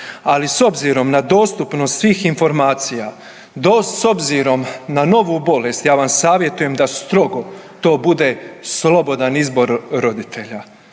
ali s obzirom na dostupnost svih informacija do s obzirom na novu bolest, ja vam savjetujem da strogo to bude slobodan izbor roditelja,